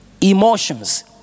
Emotions